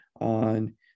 on